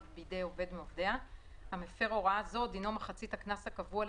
או בעל תפקיד אחר האחראי מטעם החברה על